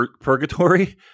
purgatory